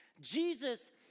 Jesus